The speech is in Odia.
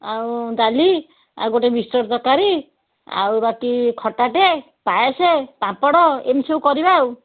ଆଉ ଡାଲି ଆଉ ଗୋଟେ ମିକ୍ସଚର୍ ତରକାରି ଆଉ ବାକି ଖାଟାଟେ ପାଏସ୍ ପାମ୍ପଡ଼ ଏମିତି ସବୁ କରିବା ଆଉ